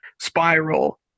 spiral